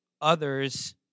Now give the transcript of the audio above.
others